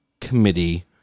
committee